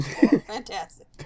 Fantastic